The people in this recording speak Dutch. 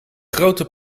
grote